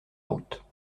route